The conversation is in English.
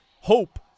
hope